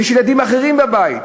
ויש ילדים אחרים בבית.